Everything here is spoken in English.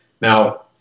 Now